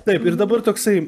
taip ir dabar toksai